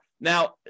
Now